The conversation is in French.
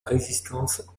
résistance